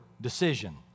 decision